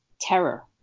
terror